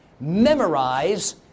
Memorize